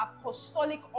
apostolic